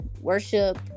worship